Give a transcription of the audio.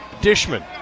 Dishman